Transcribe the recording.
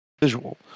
visual